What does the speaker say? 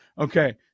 okay